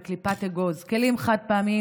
בקליפת אגוז: כלים חד-פעמיים,